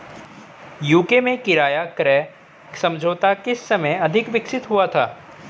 UK में किराया क्रय समझौता किस समय अधिक विकसित हुआ था?